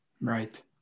right